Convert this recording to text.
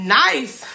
nice